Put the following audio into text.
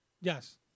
Yes